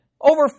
over